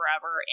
forever